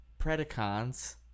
Predacons